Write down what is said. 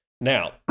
Now